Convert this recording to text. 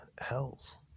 hells